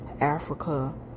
Africa